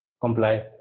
comply